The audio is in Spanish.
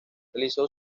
realizó